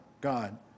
God